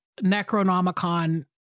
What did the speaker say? Necronomicon